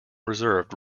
reserved